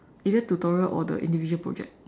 either tutorial or the individual project